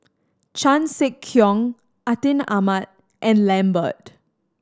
Chan Sek Keong Atin Amat and Lambert